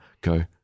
go